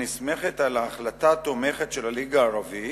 הנסמכת על ההחלטה התומכת של הליגה הערבית,